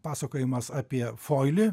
pasakojimas apie foilį